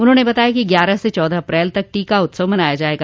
उन्होंने बताया कि ग्यारह से चौदह अप्रैल तक टीका उत्सव मनाया जायेगा